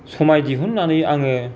समाय दिहुन्नानै आङो